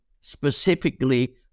specifically